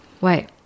Wait